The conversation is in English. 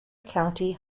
county